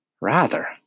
Rather